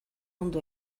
ondo